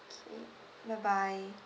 okay bye bye